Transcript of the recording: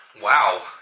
Wow